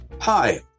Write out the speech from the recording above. Hi